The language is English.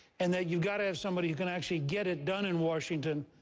and that you've got to have somebody who can actually get it done in washington,